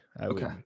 okay